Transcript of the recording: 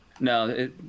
No